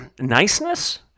Niceness